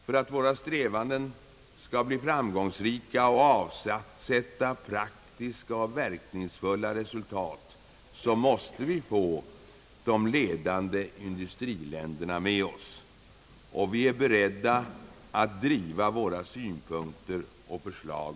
För att våra strävanden skall bli framgångsrika och avsätta praktiska och verkningsfulla resultat måste vi få de ledande industriländerna med oss, och vi är beredda att hårt driva våra synpunkter och förslag.